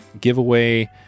giveaway